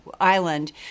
island